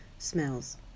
smells